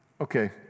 okay